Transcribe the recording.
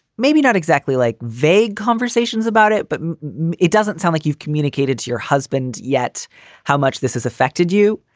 maybe not exactly like vague conversations about it, but it doesn't sound like you've communicated to your husband yet how much this has affected you.